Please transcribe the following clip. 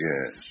Yes